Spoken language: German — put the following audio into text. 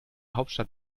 hauptstadt